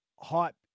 hype